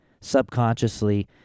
subconsciously